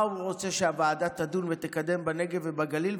מה הוא רוצה שהוועדה תדון בו ותקדם בנגב ובגליל.